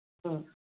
ꯎꯝ